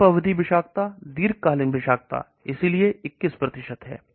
अल्प अवधि विषाक्तता दीर्घकालिक विशेषता इसलिए 21 है